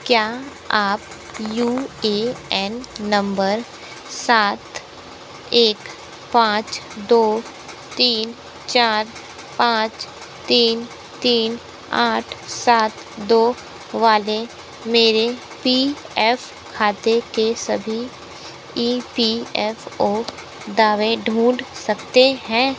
क्या आप U A N नंबर सात एक पाँच दो तीन चार पाँच तीन तीन आठ सात दो वाले मेरे पी एफ़ खाते के सभी ई पी एफ़ ओ दावे ढूँढ सकते हैं